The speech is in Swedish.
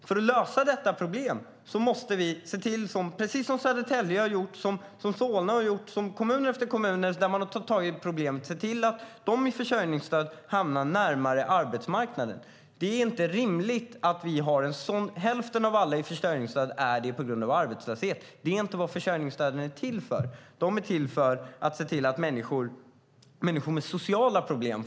För att lösa detta problem måste man göra som Södertälje, Solna och andra kommuner som har sett till att de med försörjningsstöd hamnar närmare arbetsmarknaden. Det är inte rimligt att hälften av dem som får försörjningsstöd får det på grund av arbetslöshet. Det är inte försörjningsstöden till för. De är till för att hjälpa människor med sociala problem.